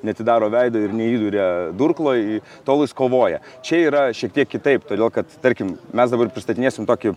neatidaro veido ir neįduria durklą į tol jis kovoja čia yra šiek tiek kitaip todėl kad tarkim mes dabar pristatinėsim tokį